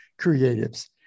creatives